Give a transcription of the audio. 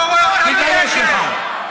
תתבייש לך.